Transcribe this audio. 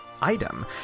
item